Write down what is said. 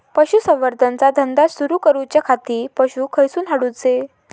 पशुसंवर्धन चा धंदा सुरू करूच्या खाती पशू खईसून हाडूचे?